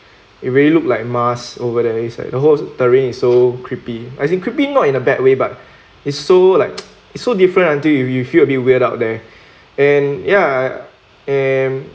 it really look like mars over the hay side the whole terrain is so creepy I think creepy not in a bad way but it's so like it's so different until you you feel a bit weird out there and ya and